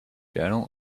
journal